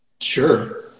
sure